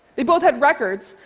they both had records,